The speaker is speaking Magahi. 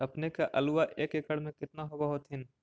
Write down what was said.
अपने के आलुआ एक एकड़ मे कितना होब होत्थिन?